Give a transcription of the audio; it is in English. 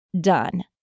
done